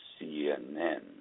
CNN